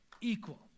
Equal